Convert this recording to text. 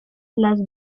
las